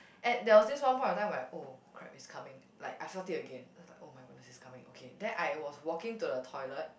at there was this one point of time where oh crap is coming like I felt it again then I was like oh-my-goodness is coming okay then I was walking to the toilet